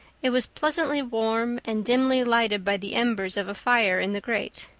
it was pleasantly warm and dimly lighted by the embers of a fire in the grate.